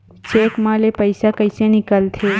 Cheque म ले पईसा कइसे निकलथे?